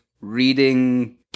reading